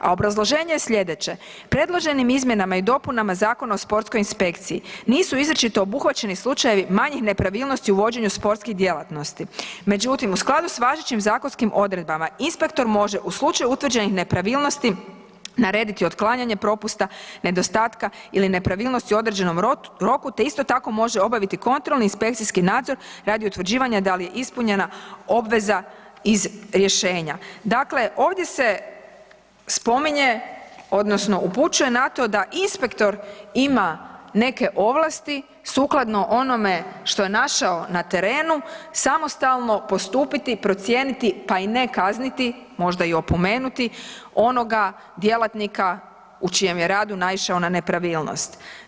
A obrazloženje je sljedeće „Predloženim izmjenama i dopunama Zakona o sportskoj inspekciji nisu izričito obuhvaćeni slučajevi manjih nepravilnosti u vođenju sportskih djelatnosti, međutim u skladu s važećim zakonskim odredbama inspektor može u slučaju utvrđenih nepravilnosti narediti otklanjanje propusta nedostatka i nepravilnosti u određenom roku te isto tako može obaviti kontrolni inspekcijski nadzor radi utvrđivanja da li je ispunjena obveza iz rješenja.“ Dakle, ovdje se spominje odnosno upućuje na to da inspektor ima neke ovlasti sukladno onome što je našao na terenu samostalno postupiti, procijeniti pa i ne kazniti, možda i opomenuti onoga djelatnika u čijem je radu naišao na nepravilnost.